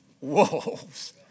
wolves